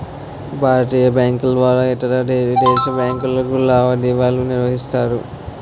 భారతీయ బ్యాంకుల ద్వారా ఇతరవిదేశీ బ్యాంకులతో లావాదేవీలు నిర్వహిస్తారు